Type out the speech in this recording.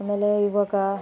ಆಮೇಲೆ ಇವಾಗ